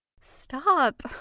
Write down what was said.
Stop